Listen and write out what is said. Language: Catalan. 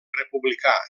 republicà